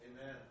Amen